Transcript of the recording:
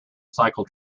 cycle